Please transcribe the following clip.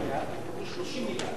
אתם תקבלו 30 מיליארד.